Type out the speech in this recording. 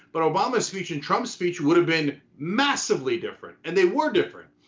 but obama's speech and trump's speech would have been massively different and they were different.